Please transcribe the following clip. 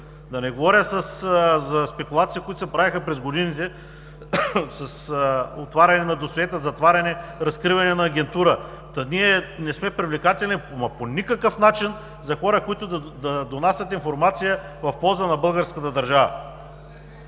Да не говоря за спекулациите, които се правеха през годините, с отварянето на досиета, затварянето, разкриването на агентура. Та ние не сме привлекателни по никакъв начин за хора, които да донасят информация в полза на българската държава.